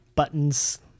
Buttons